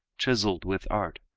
chiseled with art,